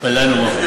התפללנו.